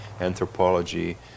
anthropology